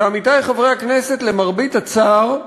ועמיתי חברי הכנסת, למרבה הצער,